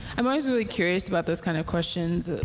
i'm always really curious about those kind of questions.